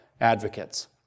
advocates